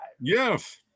Yes